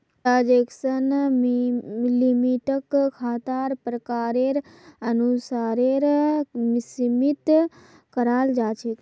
transaction लिमिटक खातार प्रकारेर अनुसारेर सीमित कराल जा छेक